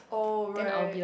oh right